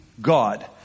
God